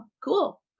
cool